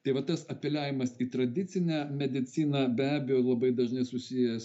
tai va tas apeliavimas į tradicinę mediciną be abejo labai dažnai susijęs